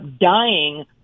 dying